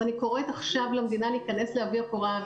אז אני קוראת עכשיו למדינה להיכנס לעובי הקורה,